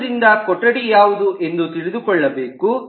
ಆದ್ದರಿಂದ ಕೊಠಡಿ ಯಾವುದು ಎಂದು ನೀವು ತಿಳಿದುಕೊಳ್ಳಬೇಕು